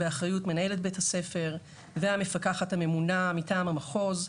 באחריות מנהלת בית הספר והמפקח הממונה מטעם המחוז.